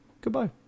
Goodbye